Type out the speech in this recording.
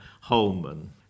Holman